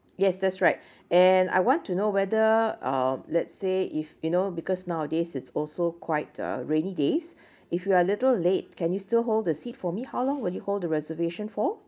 yes that's right and I want to know whether uh let's say if you know because nowadays it's also quite uh rainy days if we are a little late can you still hold the seat for me how long will you hold the reservation for